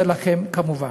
זה לכם כמובן,